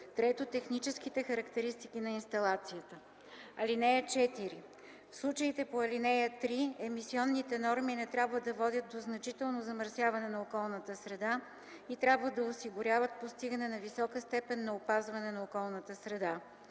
3. техническите характеристики на инсталацията. (4) В случаите по ал. 3 емисионните норми не трябва да водят до значително замърсяване на околната среда и трябва да осигуряват постигане на висока степен на опазване на околната среда.